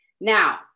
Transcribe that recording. Now